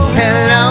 hello